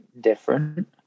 different